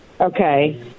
Okay